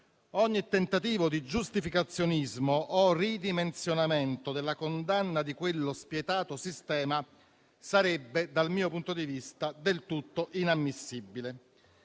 Ogni tentativo di giustificazionismo o di ridimensionamento della condanna di quello spietato sistema sarebbe, dal mio punto di vista, del tutto inammissibile.